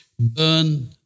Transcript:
Burn